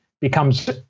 becomes